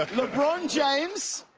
lebron james,